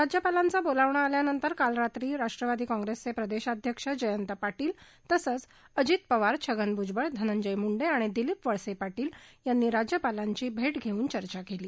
राज्यपालांचं बोलावणं आल्यानंतर काल रात्री राष्ट्रवादी काँग्रेसचे प्रदेशाध्यक्ष जयंत पार्शिल तसंच अजित पवार छगन भुजबळ धनंजय मुंडे आणि दिलीप वळसे पार्शिल यांनी राज्यपालांची भेट्री घेऊन चर्चा केली